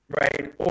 right